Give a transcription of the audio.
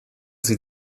sie